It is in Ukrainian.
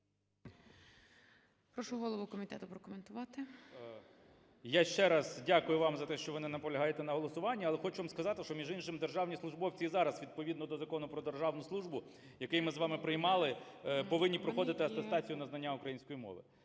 Прошу голову комітету прокоментувати. 13:31:41 КНЯЖИЦЬКИЙ М.Л. Я ще раз дякую вам за те, що ви не наполягаєте на голосуванні. Але хочу вам сказати, що, між іншим, державні службовці і зараз, відповідно до Закону "Про державну службу", який ми з вами приймали, повинні проходити атестацію на знання української мови.